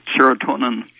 serotonin